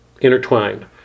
intertwined